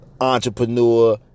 entrepreneur